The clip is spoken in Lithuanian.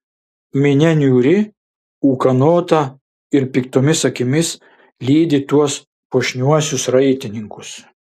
minia niūri ūkanota ir piktomis akimis lydi tuos puošniuosius raitininkus